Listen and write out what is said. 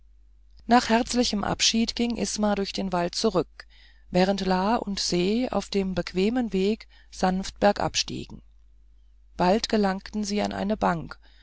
nach herzlichem abschied ging isma durch den wald zurück während la und se auf dem bequemen weg sanft bergab stiegen bald gelangten sie an eine bank